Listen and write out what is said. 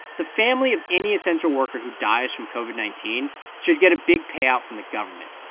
the family of any essential worker who dies from covid nineteen should get a big payout from the government.